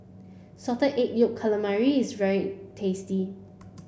salted egg yolk calamari is very tasty